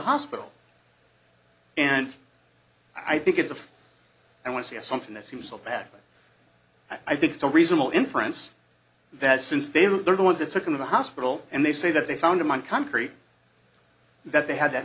hospital and i think it's if i want to get something that's useful i think it's a reasonable inference that since they were the ones that took him to the hospital and they say that they found him on concrete that they had that